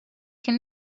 can